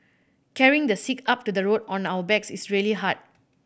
carrying the sick up to the road on our backs is really hard